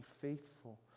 faithful